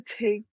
take